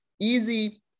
easy